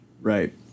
Right